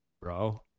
bro